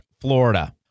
Florida